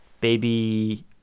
baby